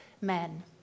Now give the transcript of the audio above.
men